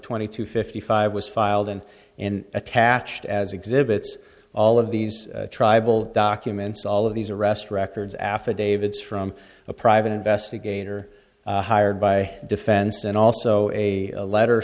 twenty two fifty five was filed and and attached as exhibits all of these tribal documents all of these arrest records affidavits from a private investigator hired by defense and also a letter